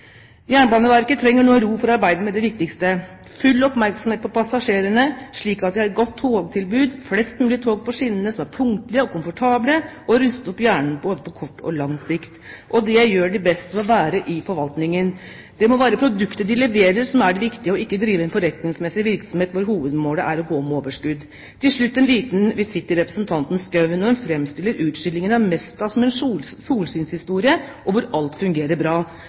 Jernbaneverket trenger nå ro for å arbeide med det viktigste: full oppmerksomhet på passasjerene, slik at vi har et godt togtilbud, flest mulig tog på skinnene som er punktlige og komfortable, og det å ruste opp jernbanen både på kort og lang sikt. Det gjør Jernbaneverket best ved å være i forvaltningen. Det må være produktet de leverer, som er det viktige, og ikke det å drive en forretningsmessig virksomhet hvor hovedmålet er å gå med overskudd. Til slutt en liten visitt til representanten Schou, som framstiller utskillingen av Mesta som en solskinnshistorie, hvor alt fungerer bra.